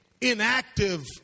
inactive